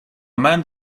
man